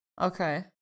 Okay